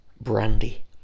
brandy